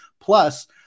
Plus